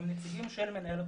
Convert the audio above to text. הם נציגים של מנהל הבחירות.